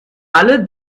alle